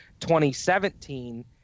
2017